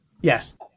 Yes